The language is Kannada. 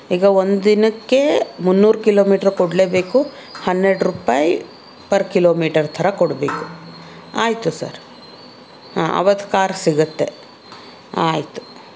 ಈಗ ಒಂದು ದಿನಕ್ಕೆ ಮುನ್ನೂರು ಕಿಲೋಮೀಟ್ರ್ ಕೊಡಲೇಬೇಕು ಹನ್ನೆರಡು ರೂಪಾಯಿ ಪರ್ ಕಿಲೋಮೀಟರ್ ಥರ ಕೊಡಬೇಕು ಆಯಿತು ಸರ್ ಹಾಂ ಆವತ್ತು ಕಾರ್ ಸಿಗತ್ತೆ ಆಯಿತು